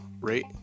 rate